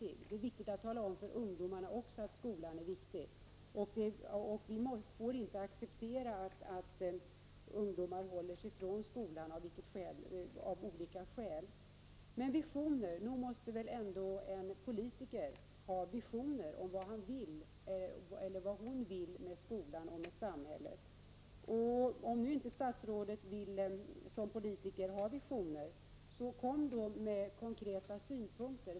Men det är också viktigt att tala om för ungdomarna att skolan är viktig. Vi får inte acceptera att ungdomar av olika skäl håller sig från skolan. Nog måste väl ändå en politiker ha visioner om vad han eller hon vill med skolan och med samhället. Om nu statsrådet som politiker inte vill ha visioner, kom då med konkreta synpunkter!